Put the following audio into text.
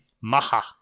Maha